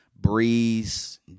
Breeze